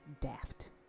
daft